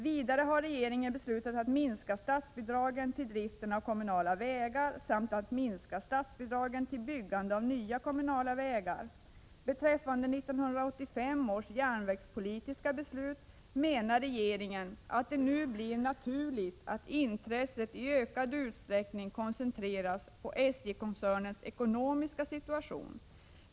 Vidare har regeringen beslutat att minska statsbidragen till drift av kommunala vägar samt att minska statsbidraget till byggande av nya kommunala vägar. Beträffande 1985 års järnvägspolitiska beslut menar regeringen att det nu blir naturligt att intresset i ökad utsträckning koncentreras på SJ-koncernens ekonomiska situation.